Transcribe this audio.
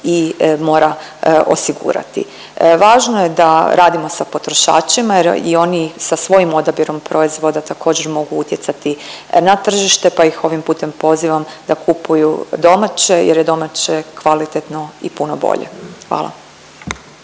i mora osigurati. Važno je da radimo sa potrošačima jer i oni sa svojim odabirom proizvoda također mogu utjecati na tržište, pa ih ovim putem pozivam da kupuju domaće jer je domaće kvalitetno i puno bolje, hvala.